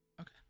Okay